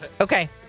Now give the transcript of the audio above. Okay